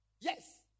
Yes